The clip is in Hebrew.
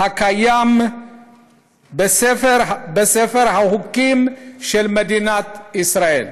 הקיים בספר החוקים של מדינת ישראל.